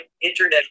internet